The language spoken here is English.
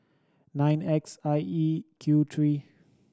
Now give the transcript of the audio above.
nine X I E Q three